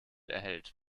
erhält